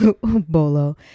bolo